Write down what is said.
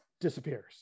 disappears